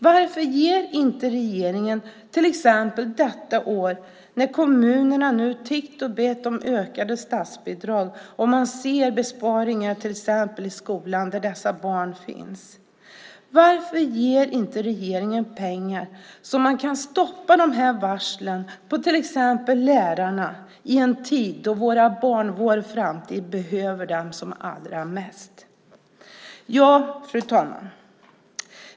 Varför ger inte regeringen pengar, till exempel detta år när kommunerna nu tiggt och bett om ökade statsbidrag och man ser besparingar till exempel i skolan, där dessa barn finns, så att man kan stoppa de här varslen av till exempel lärare i en tid då våra barn, vår framtid, behöver dem som allra mest? Fru talman!